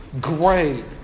great